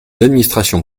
administrations